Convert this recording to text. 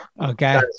Okay